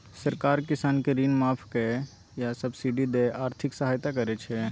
सरकार किसान केँ ऋण माफ कए या सब्सिडी दए आर्थिक सहायता करै छै